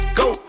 go